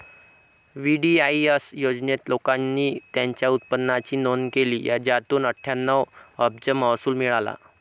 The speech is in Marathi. वी.डी.आई.एस योजनेत, लोकांनी त्यांच्या उत्पन्नाची नोंद केली, ज्यातून अठ्ठ्याहत्तर अब्ज महसूल मिळाला